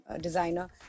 designer